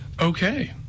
Okay